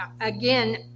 again